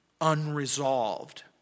unresolved